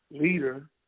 leader